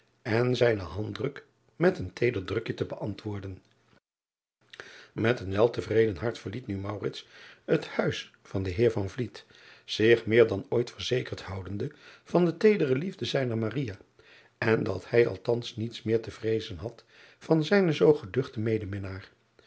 en zijnen handdruk met een teeder drukje te beantwoorden et een wel te vreden hart verliet nu het huis van den eer zich meer dan ooit verzekerd houdende van de teedere liefde zijner en dat hij althans niets meer te vreezen had van zijnen zoo geduchten medeminnaar